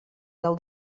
del